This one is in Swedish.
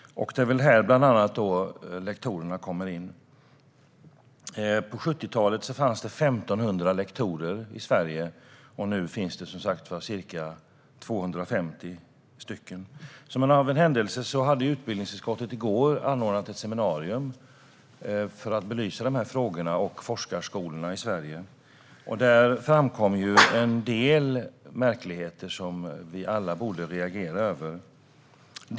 Det är bland annat här som lektorernas betydelse kommer in. På 70-talet fanns det 1 500 lektorer i Sverige, och nu finns det som sagt ca 250. Som av en händelse anordnade utbildningsutskottet i går ett seminarium för att belysa de här frågorna och forskarskolorna i Sverige. Där framkom en del märkligheter som vi alla borde reagera över.